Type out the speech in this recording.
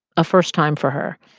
a first time for her,